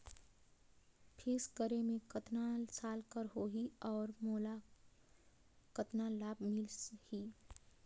Fixed करे मे कतना साल कर हो ही और कतना मोला लाभ मिल ही?